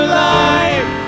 life